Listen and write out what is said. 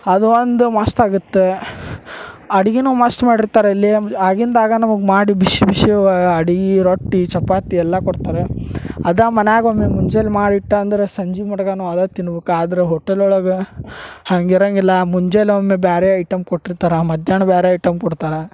ಅದು ಒಂದು ಮಸ್ತ್ ಆಗತ್ತೆ ಅಡಿಗಿನೂ ಮಸ್ತ್ ಮಾಡಿರ್ತಾರ ಅಲ್ಲಿ ಆಗಿಂದಾಗ ನಮಗ ಮಾಡಿ ಬಿಶಿ ಬಿಸಿ ಅಡಿಗೆ ರೊಟ್ಟಿ ಚಪಾತಿ ಎಲ್ಲಾ ಕೊಡ್ತಾರೆ ಅದಾ ಮನ್ಯಾಗ ಒಮ್ಮೆ ಮುಂಜಾಲ್ ಮಾಡಿಟ್ಟ ಅಂದ್ರ ಸಂಜೆ ಮಟ್ಗಾನೂ ಅದು ತಿನ್ನಬೇಕು ಆದ್ರ ಹೋಟೆಲ್ ಒಳಗೆ ಹಂಗ ಇರಂಗಿಲ್ಲ ಮುಂಜಾಲ ಒಮ್ಮೆ ಬ್ಯಾರೆ ಐಟಮ್ ಕೊಟ್ಟಿರ್ತಾರೆ ಮಧ್ಯಾಹ್ನ ಬ್ಯಾರೆ ಐಟಮ್ ಕೊಡ್ತಾರೆ